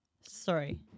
Sorry